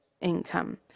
income